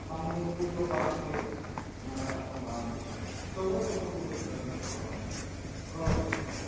ᱯᱚᱛᱟᱢ ᱜᱩᱸᱰᱨᱤ ᱫᱚ ᱵᱟᱝ ᱜᱮ ᱢᱟᱨᱟᱜ ᱦᱚᱸ ᱵᱟᱝ ᱜᱮ ᱛᱚᱵᱮ ᱠᱚᱛᱚᱠ ᱜᱩᱞᱟᱹ ᱪᱮᱬᱮ ᱫᱚᱠᱚ ᱨᱚᱝ ᱫᱟᱲᱮᱭᱟᱜᱼᱟ ᱨᱚᱲ ᱫᱟᱲᱮᱭᱟᱜᱼᱟ